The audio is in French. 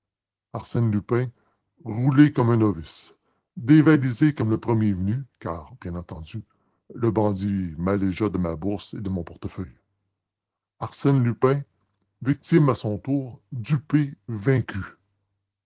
arsène lupin roulé comme un novice dévalisé comme le premier venu car bien entendu le bandit m'allégea de ma bourse et de mon portefeuille arsène lupin victime à son tour dupé vaincu